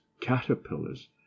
Caterpillars